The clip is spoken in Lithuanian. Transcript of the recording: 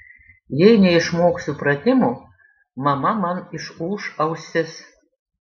jei neišmoksiu pratimų mama man išūš ausis